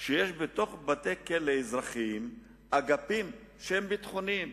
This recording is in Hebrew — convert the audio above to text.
מצב שבו יש בתוך בתי-כלא אזרחיים אגפים ביטחוניים.